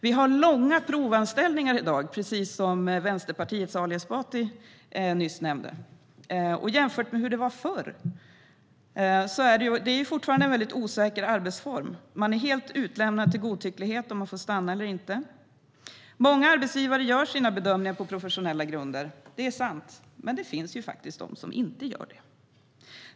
Vi har långa provanställningar i dag, precis som Vänsterpartiets Ali Esbati nyss nämnde, jämfört med hur det var förut. Det är en mycket osäker arbetsform, då man är helt utlämnad till arbetsgivarens godtycke om man får stanna eller inte. Många arbetsgivare gör sina bedömningar på professionella grunder, det är sant, men det finns faktiskt de som inte gör det.